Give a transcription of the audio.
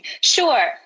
Sure